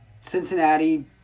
Cincinnati